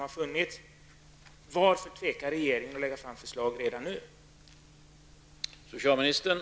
Varför tvekar regeringen att lägga fram ett förslag redan nu?